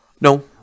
No